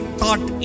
thought